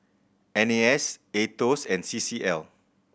N A S Aetos and C C L